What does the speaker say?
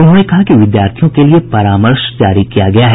उन्होंने कहा कि विद्यार्थियों के लिए परामर्श जारी किया गया है